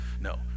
no